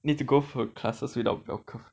need to go for classes without bell curve